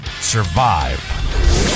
survive